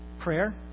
Prayer